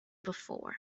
before